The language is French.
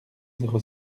zéro